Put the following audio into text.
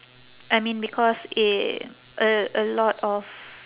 I mean because i~ a a lot of